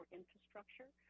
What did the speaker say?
infrastructure